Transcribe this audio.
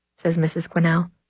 says mrs. cornell.